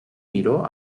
miró